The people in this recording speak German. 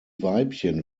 weibchen